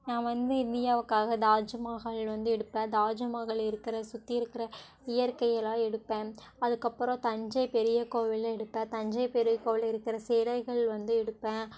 நான் வந்து இந்தியாவுக்காக தாஜ்மஹால் வந்து எடுப்பேன் தாஜ்மஹால் இருக்கிற சுற்றி இருக்கிற இயற்கையைலாம் எடுப்பேன் அதுக்கப்பறம் தஞ்சை பெரிய கோவிலை எடுப்பேன் தஞ்சை பெரிய கோவிலில் இருக்கிற சிலைகள் வந்து எடுப்பேன்